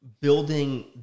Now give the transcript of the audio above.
building